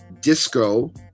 disco